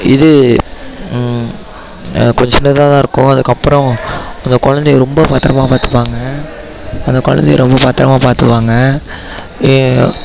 இது கொஞ்சம் சின்னதாக தான் இருக்கும் அதுக்கு அப்றம் அந்த குழந்தைய ரொம்ப பத்திரமாக பார்த்துக்குவாங்க அந்த குழந்தைய ரொம்ப பத்திரமா பார்த்துக்குவாங்க